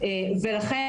לכן,